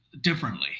differently